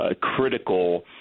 critical